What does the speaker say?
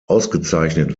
ausgezeichnet